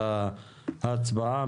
אני מעלה את הסתייגות מספר 38 לסעיף 1 להצבעה.